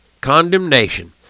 condemnation